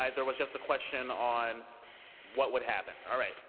um there was just a question on what would happen. all right.